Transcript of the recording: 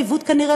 כנראה,